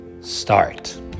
start